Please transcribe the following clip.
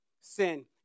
sin